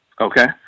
Okay